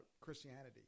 Christianity